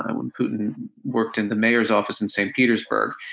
um and putin worked in the mayor's office in st. petersburg,